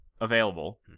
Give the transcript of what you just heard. available